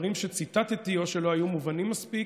שהדברים שציטטתי לא היו מובנים מספיק.